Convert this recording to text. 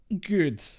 good